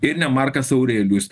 ir ne markas aurelijus